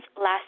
last